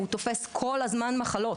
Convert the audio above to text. הוא תופס כל הזמן מחלות.